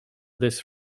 this